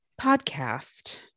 podcast